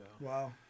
Wow